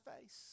face